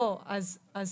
לא, אז